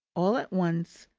all at once,